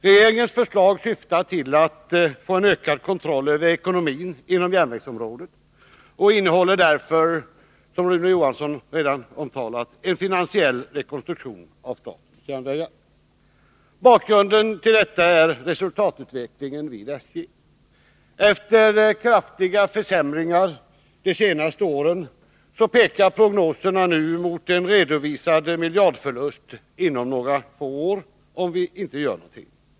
Regeringens förslag syftar till att få en ökad kontroll över ekonomin inom järnvägsområdet och innehåller därför, som Rune Johansson redan omtalat, en finansiell rekonstruktion av statens järnvägar. Bakgrunden till detta är resultatutvecklingen vid SJ. Efter kraftiga försämringar de senaste åren pekar prognoserna nu mot en redovisad miljardförlust inom några få år om vi inte gör någonting.